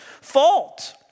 fault